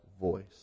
voice